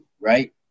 right